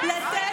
לתת